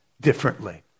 differently